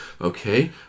okay